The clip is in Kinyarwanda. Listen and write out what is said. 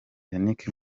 yannick